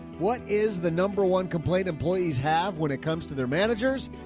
what is the number one complaint employees have when it comes to their managers?